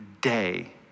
day